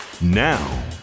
now